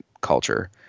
culture